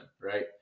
right